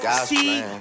see